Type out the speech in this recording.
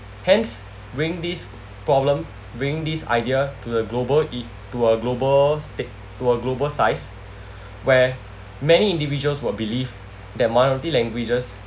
hence bring this problem bring this idea to the global it to a global stick to a global size where many individuals will believe that minority languages